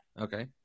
Okay